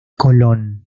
colón